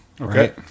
okay